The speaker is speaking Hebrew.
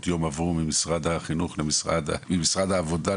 היום עברו ממשרד החינוך למשרד העבודה,